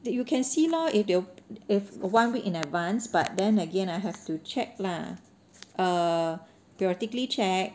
but you can see lor if they'll if one week in advance but then again I have to check lah err periodically check